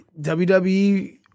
WWE